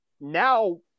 now